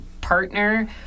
partner